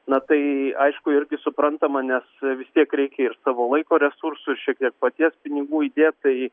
na tai aišku irgi suprantama nes vis tiek reikia ir savo laiko resursų ir šiek tiek paties pinigų įdėt tai